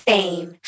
Fame